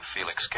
Felix